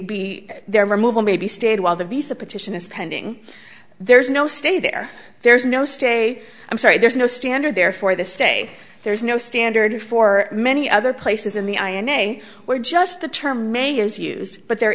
be their removal may be stayed while the visa petition is pending there's no stay there there's no stay i'm sorry there's no standard there for the stay there's no standard for many other places in the eye and they were just the term may is used but there